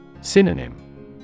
Synonym